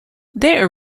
their